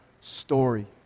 story